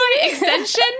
Extension